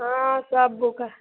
हाँ सब बुक है